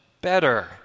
better